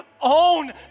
own